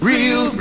Real